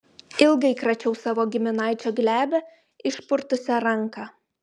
ilgai kračiau savo giminaičio glebią išpurtusią ranką